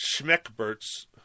Schmeckbert's